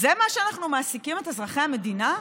זה מה שאנחנו מעסיקים בו את אזרחי המדינה?